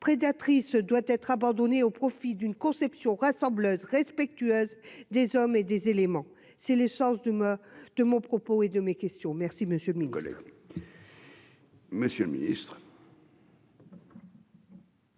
prédatrice doit être abandonnée au profit d'une conception rassembleuse respectueuse des hommes et des éléments, c'est l'essence de de mon propos est de mes questions merci Monsieur Migaud.